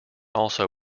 also